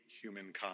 humankind